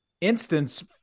instance